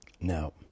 Now